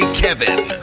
kevin